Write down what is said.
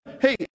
hey